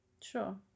Sure